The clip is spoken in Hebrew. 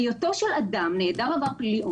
היותו של אדם נעדר עבר פלילי,